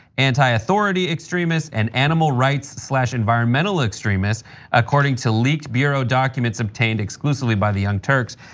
anti-authority extremist, and animal rights so environmental extremists according to leaked bureau documents obtained exclusively by the young turks.